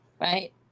right